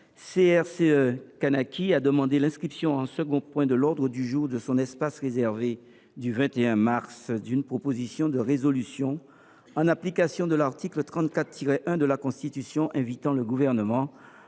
– Kanaky, a demandé l’inscription, en second point de l’ordre du jour de son espace réservé du jeudi 21 mars, d’une proposition de résolution, en application de l’article 34 1 de la Constitution, invitant le Gouvernement à